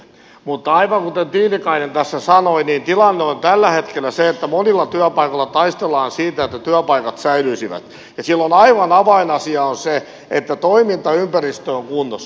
mutta aivan kuten tiilikainen tässä sanoi tilanne on tällä hetkellä se että monilla työpaikoilla taistellaan siitä että työpaikat säilyisivät ja silloin aivan avainasia on se että toimintaympäristö on kunnossa